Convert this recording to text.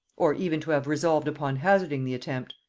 or even to have resolved upon hazarding the attempt.